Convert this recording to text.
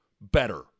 better